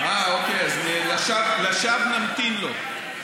אה, אוקיי, אז לשווא נמתין לו.